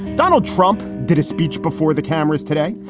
donald trump did a speech before the cameras today.